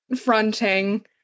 fronting